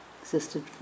existed